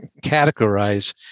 categorize